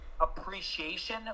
appreciation